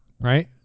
right